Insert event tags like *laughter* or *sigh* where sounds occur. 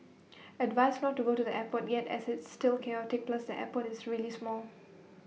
advised not to go to the airport yet as it's still chaotic plus the airport is really *noise* small